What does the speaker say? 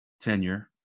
tenure